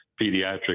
pediatric